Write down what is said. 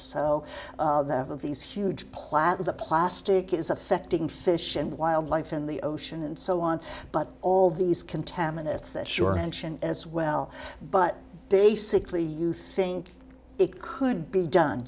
of these huge platter the plastic is affecting fish and wildlife in the ocean and so on but all these contaminants that sure mention as well but basically you think it could be done